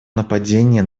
нападение